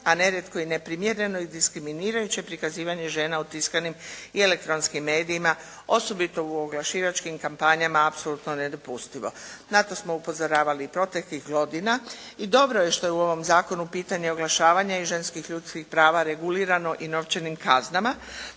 a nerijetko i neprimjereno i diskriminirajuće prikazivanje žena u tiskanim i elektronskim medijima, osobito u oglašivačkim kampanjama, apsolutno nedopustivo. Na to smo upozoravali proteklih godina i dobro je što je u ovom zakonu pitanje oglašavanja i ženskih ljudskih prava regulirano i novčanim kaznama,